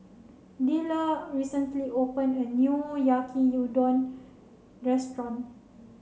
Dellar recently opened a new Yaki Udon Restaurant